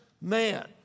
man